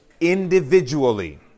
individually